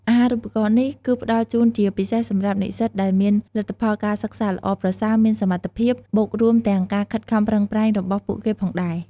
អាហារូបករណ៍នេះ គឺផ្តល់ជូនជាពិសេសសម្រាប់និស្សិតដែលមានលទ្ធផលការសិក្សាល្អប្រសើរ មាន សមត្ថភាព បូករួមទាំងការខិតខំប្រឹងប្រែងរបស់ពួកគេផងដែរ ។